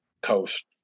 coast